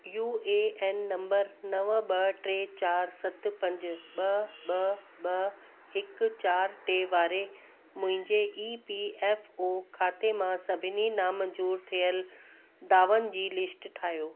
U A N number नव ॿ टे चारि सत पंज ॿ ॿ ॿ हिकु चारि टे वारे मुंहिंजे ई पी एफ ओ खाते मां सभिनी नामंज़ूरु थियल दावनि जी लिस्ट ठाहियो